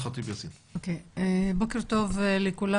בוקר טוב לכולם.